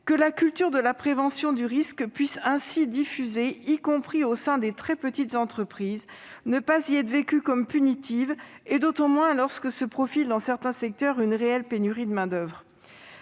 que la culture de la prévention du risque puisse ainsi se diffuser, y compris au sein des très petites entreprises, sans être vécue comme punitive, alors que se profile dans certains secteurs une pénurie de main-d'oeuvre.